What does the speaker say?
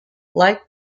liked